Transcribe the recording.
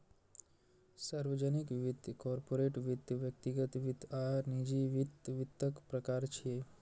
सार्वजनिक वित्त, कॉरपोरेट वित्त, व्यक्तिगत वित्त आ निजी वित्त वित्तक प्रकार छियै